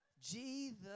Jesus